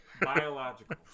Biological